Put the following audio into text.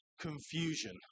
confusion